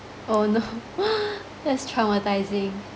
oh no that's traumatising